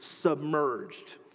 submerged